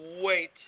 wait